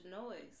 noise